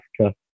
Africa